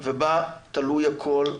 ובה תלוי הכול,